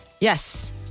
Yes